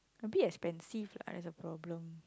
a bit expensive lah that's the problem